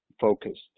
focused